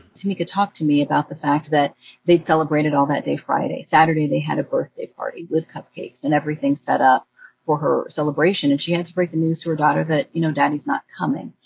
tomika talked to me about the fact that they'd celebrated all that day friday. saturday they had a birthday party with cupcakes and everything set up for her celebration, and she had to break the news to her daughter that, you know, daddy's not coming.